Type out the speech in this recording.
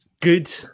Good